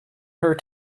her